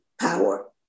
power